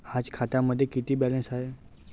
आज खात्यामध्ये किती बॅलन्स आहे?